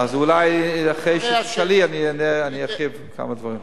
אז אולי אחרי שלי אני ארחיב כמה דברים.